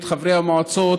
את חברי המועצות